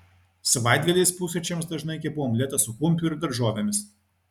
savaitgaliais pusryčiams dažnai kepu omletą su kumpiu ir daržovėmis